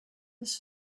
this